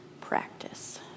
practice